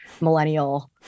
millennial